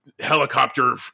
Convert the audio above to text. helicopter